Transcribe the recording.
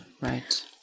Right